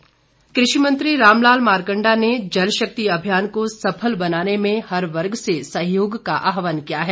मारकण्डा कृषि मंत्री राम लाल मारकंडा ने जल शक्ति अभियान को सफल बनाने में हर वर्ग से सहयोग का आहवान किया है